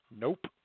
Nope